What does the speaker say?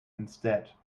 instead